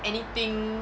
anything